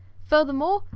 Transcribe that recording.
furthermore,